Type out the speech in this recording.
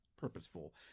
purposeful